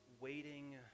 waiting